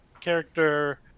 character